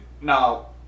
No